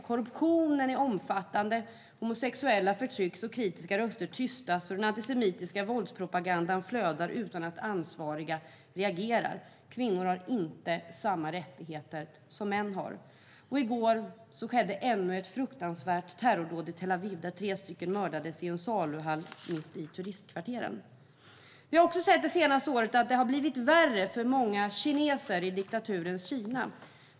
Korruptionen är omfattande, homosexuella förtrycks, kritiska röster tystas och den antisemitiska våldspropagandan flödar utan att ansvariga reagerar. Kvinnor har inte samma rättigheter som män. I går skedde ännu ett fruktansvärt terrordåd i Tel Aviv där tre personer mördades i en saluhall mitt i turistkvarteren. Vi har det senaste året också sett att det har blivit värre för många kineser i diktaturens Kina.